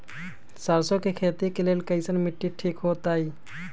सरसों के खेती के लेल कईसन मिट्टी ठीक हो ताई?